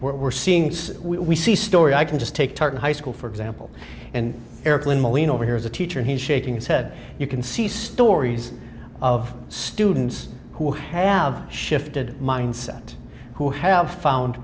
we're seeing so we see story i can just take part in high school for example and airplane mylene over here is a teacher he's shaking his head you can see stories of students who have shifted mindset who have found